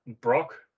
Brock